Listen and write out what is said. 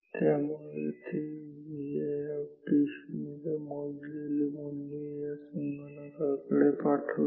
त्यामुळे ते Vi चे मोजलेले मूल्य या संगणकाकडे पाठवते